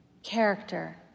character